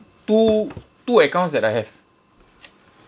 two two accounts that I have